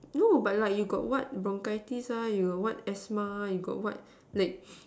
no but like you got like what bronchitis ah you got what asthma you got what like